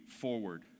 forward